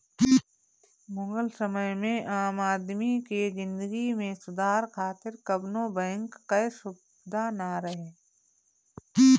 मुगल समय में आम आदमी के जिंदगी में सुधार खातिर कवनो बैंक कअ सुबिधा ना रहे